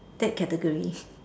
that category